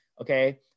okay